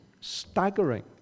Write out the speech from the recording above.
staggering